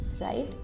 right